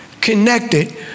connected